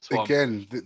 Again